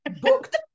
booked